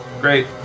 Great